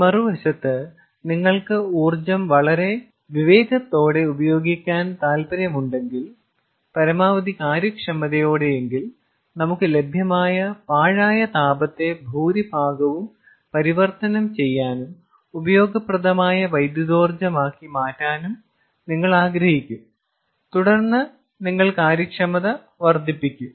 മറുവശത്ത് നിങ്ങൾക്ക് ഊർജ്ജം വളരെ വിവേകത്തോടെ ഉപയോഗിക്കാൻ താൽപ്പര്യമുണ്ടെങ്കിൽ പരമാവധി കാര്യക്ഷമതയോടെ എങ്കിൽ നമുക്ക് ലഭ്യമായ പാഴായ താപത്തെ ഭൂരിഭാഗവും പരിവർത്തനം ചെയ്യാനും ഉപയോഗപ്രദമായ വൈദ്യുതോർജ്ജമാക്കി മാറ്റാനും നിങ്ങൾ ആഗ്രഹിക്കും തുടർന്ന് നിങ്ങൾ കാര്യക്ഷമത വർദ്ധിപ്പിക്കും